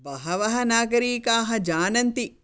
बहवः नागरीकाः जानन्ति